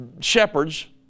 shepherds